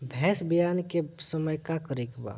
भैंस ब्यान के समय का करेके बा?